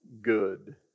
good